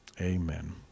Amen